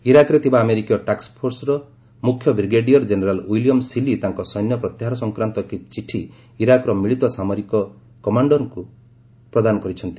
ଇରାକ୍ରେ ଥିବା ଆମେରିକୀୟ ଟାକ୍ଫୋର୍ସର ମୁଖ୍ୟ ବ୍ରିଗେଡିୟର୍ ଜେନେରାଲ୍ ୱିଲିୟମ୍ ସିଲି ତାଙ୍କ ସୈନ୍ୟ ପ୍ରତ୍ୟାହାର ସଂକ୍ରାନ୍ତ ଏକ ଚିଠି ଇରାକ୍ର ମିଳିତ ସାମରିକ କମାଣ୍ଡଙ୍କୁ ପ୍ରଦାନ କରିଛନ୍ତି